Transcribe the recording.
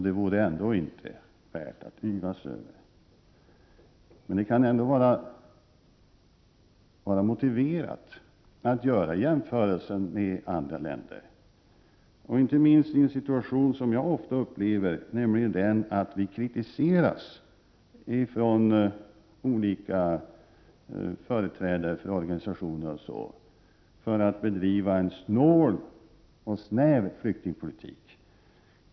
Det vore ändå inte värt att yvas över. Det kan ändå vara motiverat att göra en jämförelse med andra länder — inte minst i en situation som jag ofta upplever, nämligen den att vi kritiseras av företrädare för olika organisationer för att bedriva en snål och snäv flyktingpolitik.